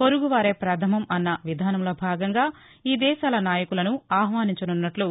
పొరుగువారే ప్రథమం అన్న విధానంలో భాగంగా ఈ దేశాల నాయకులను ఆహ్వానించనున్నట్టు